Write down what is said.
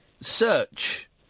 search